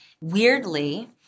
Weirdly